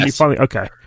Okay